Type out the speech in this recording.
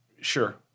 Sure